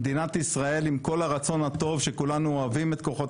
מדינת ישראל עם כל הרצון הטוב שכולנו אוהבים את כוחות